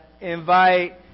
Invite